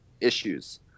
issues